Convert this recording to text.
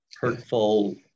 hurtful